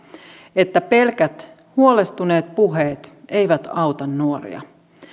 että pelkät huolestuneet puheet eivät auta nuoria